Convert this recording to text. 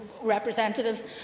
representatives